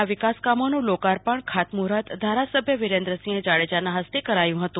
ના વિકાસ કામોનું લોકાર્પણ ખાતમુર્ઠત ધારાસભ્ય વિરેન્દ્રસિંહ જાડેજાના હસ્તે કરાયું હતું